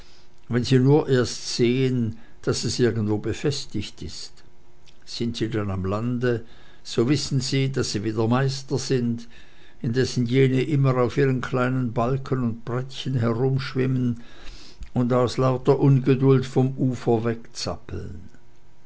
wenn sie nur erst sehen daß es irgendwo befestigt ist sind sie dann am lande so wissen sie daß sie wieder meister sind indessen jene immer auf ihren kleinen balken und brettchen herumschwimmen und aus lauter ungeduld vom ufer wegzappeln